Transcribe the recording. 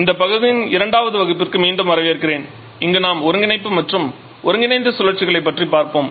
இந்த பகுதியின் இரண்டாவது வகுப்பிற்கு மீண்டும் வரவேற்கிறேன் இங்கு நாம் ஒருங்கிணைப்பு மற்றும் ஒருங்கிணைந்த சுழற்சிகளைப் பற்றி பார்ப்போம்